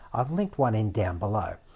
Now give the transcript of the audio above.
i've linked one in down below.